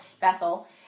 Bethel